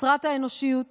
חסרת האנושיות